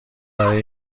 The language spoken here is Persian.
برای